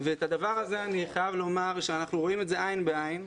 ואת הדבר הזה אני חייב לומר שאנחנו רואים עין בעין.